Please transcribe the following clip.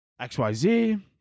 XYZ